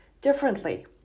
differently